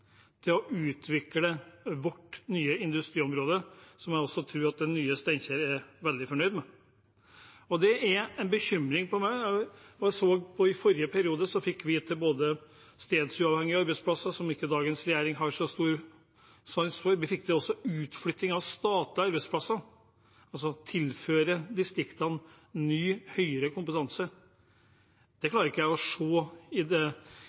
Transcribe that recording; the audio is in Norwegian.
til å utvikle vårt nye industriområde, som jeg også tror at det nye Steinkjer er veldig fornøyd med – og det er en bekymring for meg. Jeg så at i forrige periode fikk vi til stedsuavhengige arbeidsplasser, som ikke dagens regjering har så stor sans for. Vi fikk også til utflytting av statlige arbeidsplasser – altså å tilføre distriktene ny høyere kompetanse. Det klarer jeg ikke å se i Hurdalsplattformen. Det